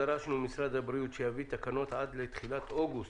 דרשנו ממשרד הבריאות שיביא תקנות עד לתחילת אוגוסט,